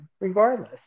regardless